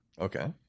Okay